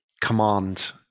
command